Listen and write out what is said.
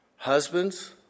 Husbands